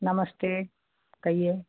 नमस्ते कहिए